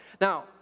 Now